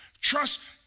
Trust